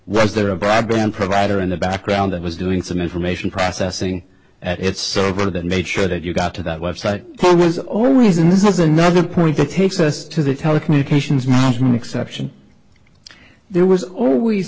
was there a broadband provider in the background that was doing some information processing at its server that made sure that you got to that website was always and this is another point that takes us to the telecommunications monson exception there was always